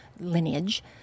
lineage